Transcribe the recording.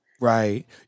Right